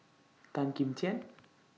Tan Kim Tian